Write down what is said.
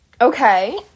Okay